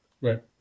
Right